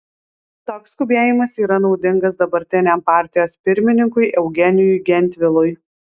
toks skubėjimas yra naudingas dabartiniam partijos pirmininkui eugenijui gentvilui